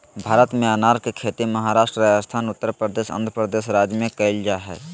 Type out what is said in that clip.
भारत में अनार के खेती महाराष्ट्र, राजस्थान, उत्तरप्रदेश, आंध्रप्रदेश राज्य में कैल जा हई